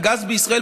הגז בישראל,